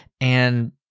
And-